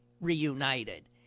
reunited